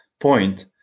point